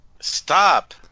Stop